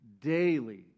daily